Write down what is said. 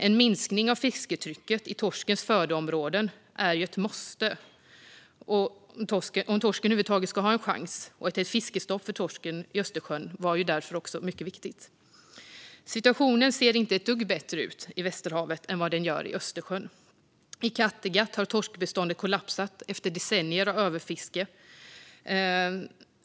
En minskning av fisketrycket i torskens födoområden är ett måste om torsken över huvud taget ska ha en chans, och ett fiskestopp för torsken i Östersjön var därför mycket viktigt. Situationen ser inte ett dugg bättre ut i Västerhavet än vad den gör i Östersjön. I Kattegatt har torskbeståndet kollapsat efter decennier av överfiske.